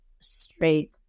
straight